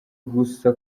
gusa